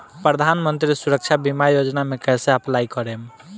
प्रधानमंत्री सुरक्षा बीमा योजना मे कैसे अप्लाई करेम?